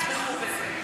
תתמכו גם